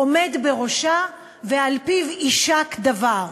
עומד בראשה ועל פיו יישק דבר.